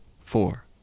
four